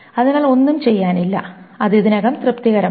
അതിനാൽ ഒന്നും ചെയ്യാനില്ല അത് ഇതിനകം തൃപ്തികരമാണ്